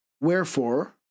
Wherefore